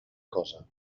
cosa